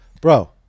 bro